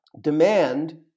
Demand